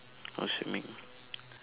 oh swimming like